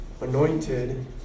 anointed